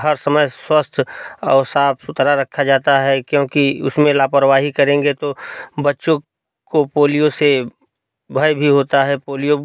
हर समय स्वस्थ और साफ सुथरा रखा जाता है क्योंकि उसमें लापरवाही करेंगे तो बच्चों को पोलिओ से भय भी होता है पोलिओ